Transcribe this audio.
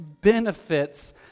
benefits